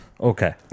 Okay